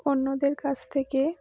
অন্যদের কাছ থেকে